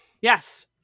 yes